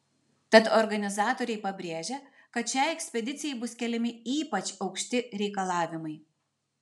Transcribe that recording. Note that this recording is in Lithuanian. tad organizatoriai pabrėžia kad šiai ekspedicijai bus keliami ypač aukšti reikalavimai